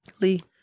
Lee